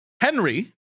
Henry